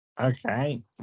Okay